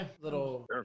little